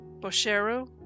Bosheru